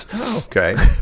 Okay